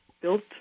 built